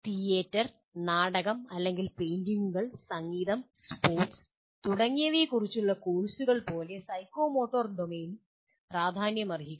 theatre നാടകം അല്ലെങ്കിൽ പെയിന്റിംഗുകൾ സംഗീതം സ്പോർട്സ് തുടങ്ങിയവയെക്കുറിച്ചുള്ള കോഴ്സുകൾ പോലെ സൈക്കോമോട്ടോർ ഡൊമെയ്നും പ്രാധാന്യമർഹിക്കുന്നു